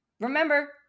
remember